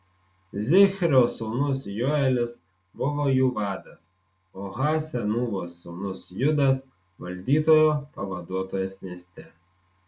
zichrio sūnus joelis buvo jų vadas o ha senūvos sūnus judas valdytojo pavaduotojas mieste